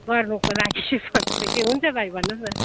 गर्नुको लागि भन्दै थियो हुन्छ भाइ भन्नुहोस् न